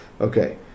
Okay